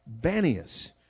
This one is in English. banias